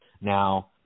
Now